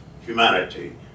humanity